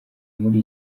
muri